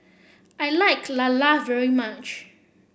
I like Lala very much